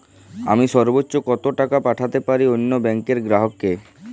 আমি সর্বোচ্চ কতো টাকা পাঠাতে পারি অন্য ব্যাংকের গ্রাহক কে?